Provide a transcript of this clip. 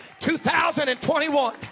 2021